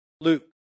Luke